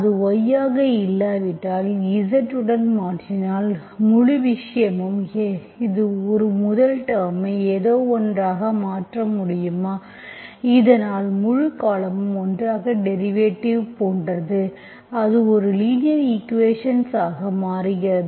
அது y ஆக இல்லாவிட்டால் Z உடன் மாற்றினால் முழு விஷயமும் எனது முதல் டேர்ம்ஐ ஏதோவொன்றாக மாற்ற முடியுமா இதனால் முழு காலமும் ஒன்றாக டெரிவேட்டிவ் போன்றது அது ஒரு லீனியர் ஈக்குவேஷன் ஆக மாறுகிறது